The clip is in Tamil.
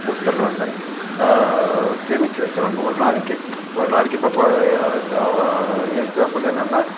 கொடுத்துட்றாங்க சேமிச்சு வைக்கிறாங்க ஒரு நாளைக்கே ஒரு நாளைக்கி இப்போ ஃப எக்ஸாம்பிள் என்னன்னால்